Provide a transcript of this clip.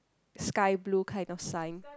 sky blue kind of sign